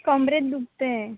कमरेत दुखत आहे